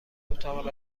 اتاق